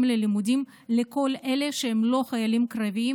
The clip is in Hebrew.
ללימודים לכל אלה שאינם חיילים קרביים